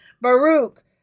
Baruch